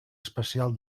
especial